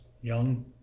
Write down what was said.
young